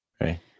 right